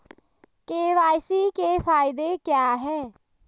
KYC के फायदे क्या है?